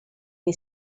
dei